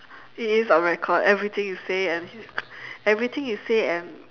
it is on record everything you say and everything you say and